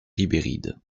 ribéride